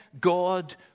God